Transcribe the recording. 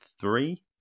three